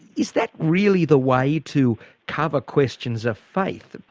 is that really the way to cover questions of faith?